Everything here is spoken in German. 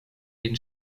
den